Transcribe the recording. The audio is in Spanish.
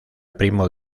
primo